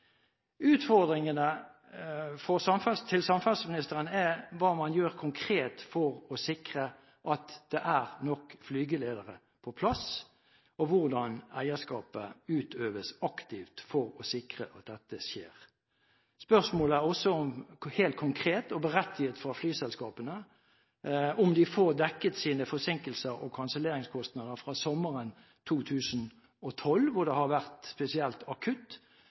til samferdselsministeren er hva man gjør konkret for å sikre at det er nok flygeledere på plass, og hvordan eierskapet utøves aktivt for å sikre at dette skjer. Spørsmålet er også helt konkret og berettiget fra flyselskapene om hvorvidt de får dekket sine forsinkelses- og kanselleringskostnader fra sommeren 2012, hvor det har vært spesielt akutt,